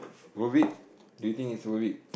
worth it do you think it's worth it